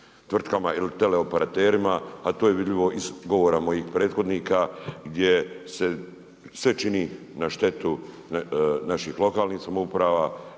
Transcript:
tvrtkama ili teleoperaterima a to je vidljivo iz govora mojih prethodnika gdje se sve čini na štetu naših lokalnih samouprava,